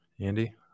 Andy